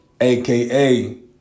AKA